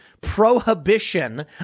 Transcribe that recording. prohibition